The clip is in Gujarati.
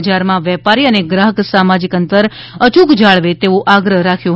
બજાર માં વેપારી અને ગ્રાહક સામાજિક અંતર અયૂક જાળવે તેવો આગ્રહ રાખ્યો હતો